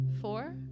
four